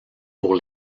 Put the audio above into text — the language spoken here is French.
pour